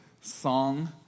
song